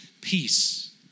peace